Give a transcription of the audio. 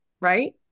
Right